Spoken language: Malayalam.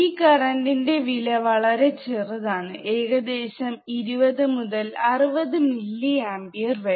ഈ കറന്റ് ഇന്റെ വില വളരെ ചെറുതാണ് ഏകദേശം 20 മുതൽ 60 മില്ലി ആമ്പിയർ വരെ